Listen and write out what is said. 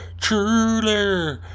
truly